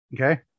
okay